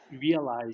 realize